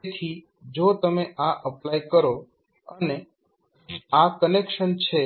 તેથી જો તમે આ એપ્લાય કરો અને આ કનેક્શન છે